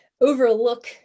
overlook